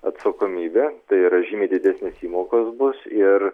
atsakomybė tai yra žymiai didesnės įmokos bus ir